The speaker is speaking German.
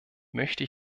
möchte